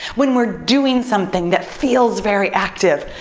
when we're doing something that feels very active.